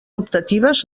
optatives